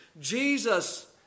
Jesus